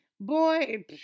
Boy